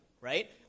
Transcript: right